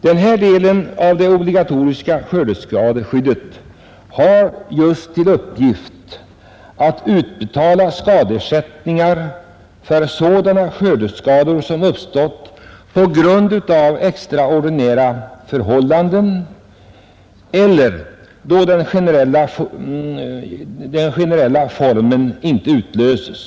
Denna del av det obligatoriska skördeskadeskyddet ger möjlighet till skadeersättningar för sådana skördeskador som uppstått på grund av extraordinära förhållanden eller i fall där den generella ersättningsformen inte utlöses.